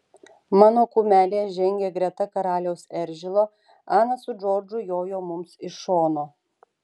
mano kumelė žengė greta karaliaus eržilo ana su džordžu jojo mums iš šono